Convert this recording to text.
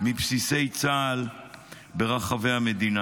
מבסיסי צה"ל ברחבי המדינה.